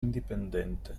indipendente